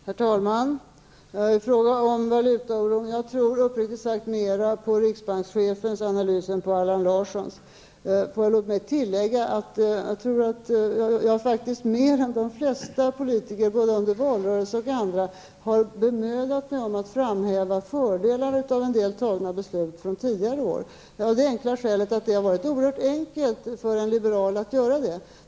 Herr talman! I fråga om valutaoron tror jag uppriktigt sagt mera på riksbankschefens analys än på Allan Larssons. Låt mig tillägga att jag tror att jag mer än de flesta politiker, både under valrörelsen och i andra sammanhang, har bemödat mig om att framhäva fördelar av en del beslut från tidigare år. Det har varit oerhört enkelt för en liberal att göra det.